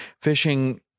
fishing